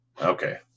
okay